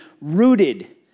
rooted